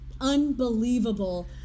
unbelievable